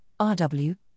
RW